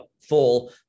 full